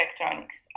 electronics